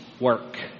work